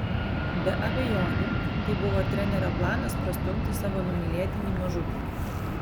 be abejonių tai buvo trenerio planas prastumti savo numylėtinį mažutį